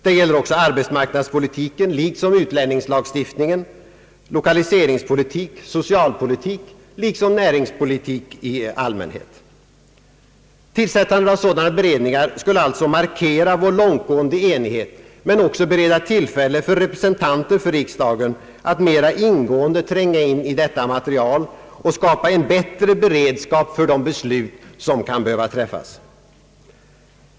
Det gäller också arbetsmarknadspolitiken liksom utlänningslagstiftningen, lokaliseringspolitik och socialpolitik liksom näringspolitik i allmänhet. Tillsättandet av sådana beredningar skulle alltså markera vår långtgående enighet men också bereda tillfälle för representanter för riksdagen att mera ingående tränga in i detta material och skapa en bättre beredskap för de beslut som kan behöva träffas.